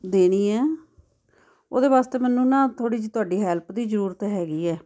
ਦੇਣੀ ਆ ਉਹਦੇ ਵਾਸਤੇ ਮੈਨੂੰ ਨਾ ਥੋੜ੍ਹੀ ਜਿਹੀ ਤੁਹਾਡੀ ਹੈਲਪ ਦੀ ਜ਼ਰੂਰਤ ਹੈਗੀ ਹੈ